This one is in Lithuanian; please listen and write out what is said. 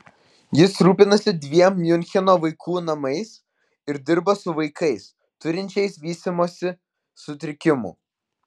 jis rūpinasi dviem miuncheno vaikų namais ir dirba su vaikais turinčiais vystymosi sutrikimų